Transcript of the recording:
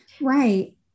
Right